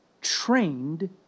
trained